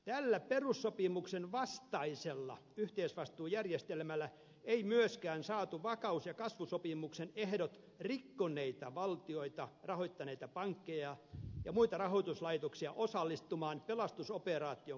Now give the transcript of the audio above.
tällä perussopimuksen vastaisella yhteisvastuujärjestelmällä ei myöskään saatu vakaus ja kasvusopimuksen ehdot rikkoneita valtioita rahoittaneita pankkeja ja muita rahoituslaitoksia osallistumaan pelastusoperaation kuluihin